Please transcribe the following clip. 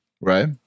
Right